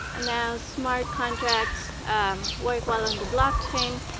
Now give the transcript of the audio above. and now, smart contracts work well in the blockchain,